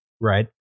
right